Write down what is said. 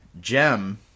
gem